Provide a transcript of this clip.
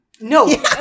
No